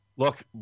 Look